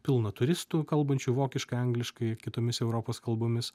pilna turistų kalbančių vokiškai angliškai kitomis europos kalbomis